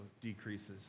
decreases